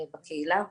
בקהילה.